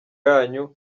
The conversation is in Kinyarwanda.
yanyu